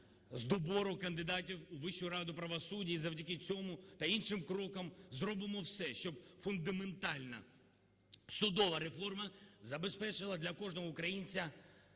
з добору кандидатів у Вищу раду правосуддя. І завдяки цьому та іншим крокам зробимо все, щоб фундаментальна судова реформа забезпечила для кожного українця,